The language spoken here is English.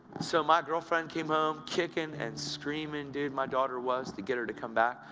so my girlfriend came home. kicking and screaming, and my daughter was, to get her to come back.